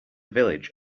village